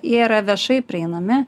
jie yra viešai prieinami